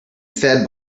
fed